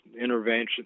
intervention